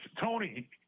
Tony